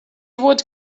would